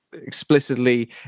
explicitly